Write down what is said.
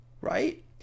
right